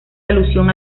alusión